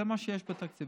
זה מה שיש בתקציב.